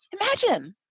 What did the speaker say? Imagine